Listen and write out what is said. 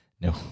No